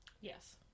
Yes